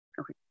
Okay